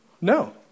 No